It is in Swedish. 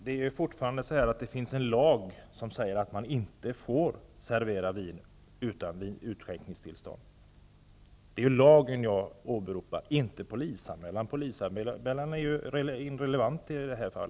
Fru talman! Fortfarande finns en lag som säger att man inte får servera vin utan utskänkningstillstånd. Det är lagen jag åberopar, inte polisanmälan. Den är irrelevant i detta fall.